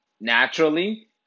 naturally